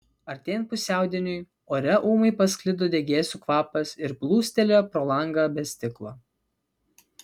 artėjant pusiaudieniui ore ūmai pasklido degėsių kvapas ir plūstelėjo pro langą be stiklo